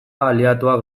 aliatuak